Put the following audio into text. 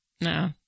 No